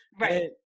Right